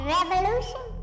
Revolution